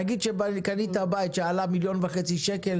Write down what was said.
נגיד שקנית בית שעלה 1.5 מיליון שקל,